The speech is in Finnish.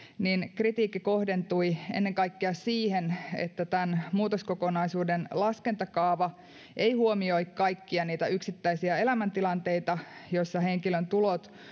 kritiikki kohdentui ennen kaikkea siihen että muutoskokonaisuuden laskentakaava ei huomioi kaikkia niitä yksittäisiä elämäntilanteita joissa henkilön tulot